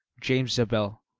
james zabel,